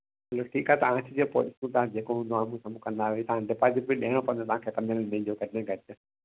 हलो ठीकु आहे तव्हां खे जेको बि मां बि कमु कंदा आहियो तव्हां डिपाजिट ॾियणो पवंदो तव्हां खे पंद्रहं ॾींहंनि जो घटि में घटि